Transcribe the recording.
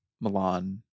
Milan